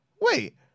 wait